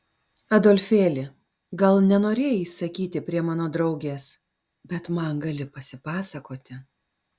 adolfėli gal nenorėjai sakyti prie mano draugės bet man gali pasipasakoti